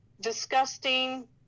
disgusting